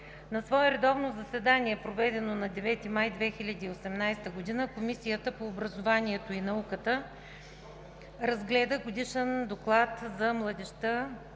„На свое редовно заседание, проведено на 9 май 2018 г., Комисията по образованието и науката разгледа Годишен доклад за младежта